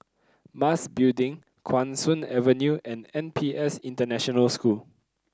Mas Building Guan Soon Avenue and N P S International School